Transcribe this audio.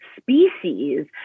species